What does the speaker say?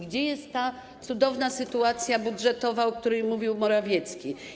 Gdzie jest ta cudowna sytuacja budżetowa, o której mówił Morawiecki?